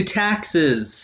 taxes